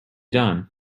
done